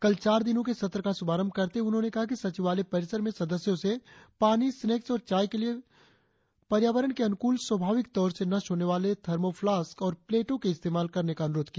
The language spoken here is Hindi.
कल चार दिनों के सत्र का शुभारंभ करते हुए उन्होंने कहा कि सचिवालय परिसर में सदस्यों से पानी स्नेक्स और चाय के लिए सदस्यों से पर्यावरण के अनुकूल स्वभाविक तौर से नष्ट होने वाले थर्मों फ्लास्क और प्लेटों के इस्तेमाल करने का अनुरोध किया